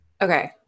Okay